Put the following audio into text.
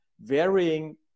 varying